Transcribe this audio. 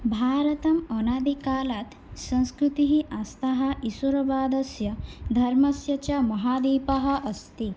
भारतम् अनादिकालात् संस्कृतिः आस्तः ईश्वरवादस्य धर्मस्य च महादीपः अस्ति